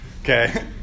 Okay